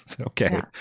okay